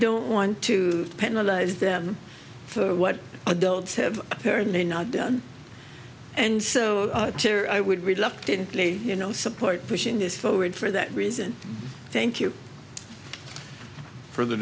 don't want to penalize them for what adults have apparently not done and so i would reluctant you know support pushing this forward for that reason thank you for the